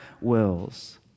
wills